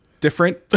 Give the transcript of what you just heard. different